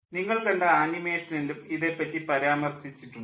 നിങ്ങൾ കണ്ട ആനിമേഷനിലും ഇതേപ്പറ്റി പരാമർശിച്ചിട്ടുണ്ട്